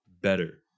better